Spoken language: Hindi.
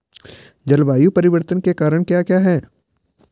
जलवायु परिवर्तन के कारण क्या क्या हैं?